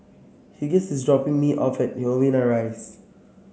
Hughes is dropping me off at Novena Rise